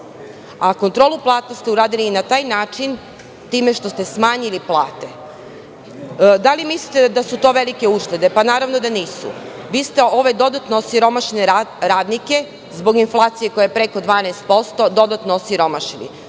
Kontrolu plata ste uradili i na taj način, time što ste smanjili plate. Da li mislite da su to velike uštede? Naravno da nisu. Vi ste ove dodatno osiromašene radnike zbog inflacije koja je preko 12% dodatno osiromašili.